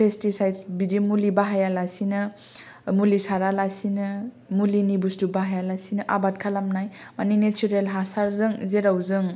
pesticides बिदि मुलि बाहाया लासेनो मुलि सारा लासेनो मुलिनि बुस्टु बाहाया लासेनो आबाद खालामनाय मानि नेसारेल हासारजों जेराव जों